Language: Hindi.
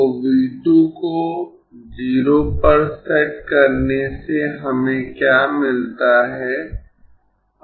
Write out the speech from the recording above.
तो V 2 को 0 पर सेट करने से हमें क्या मिलता है